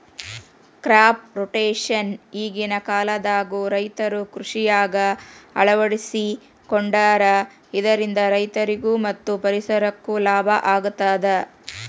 crop rotation ಈಗಿನ ಕಾಲದಾಗು ರೈತರು ಕೃಷಿಯಾಗ ಅಳವಡಿಸಿಕೊಂಡಾರ ಇದರಿಂದ ರೈತರಿಗೂ ಮತ್ತ ಪರಿಸರಕ್ಕೂ ಲಾಭ ಆಗತದ